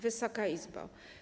Wysoka Izbo!